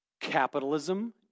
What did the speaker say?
Capitalism